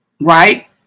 right